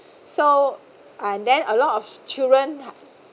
so and then a lot of children